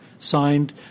signed